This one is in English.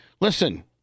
listen